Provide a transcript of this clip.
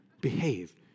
Behave